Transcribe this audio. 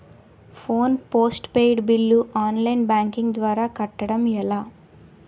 Phone postpaid bill online banking ద్వారా కట్టడం ఎలా?